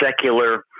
secular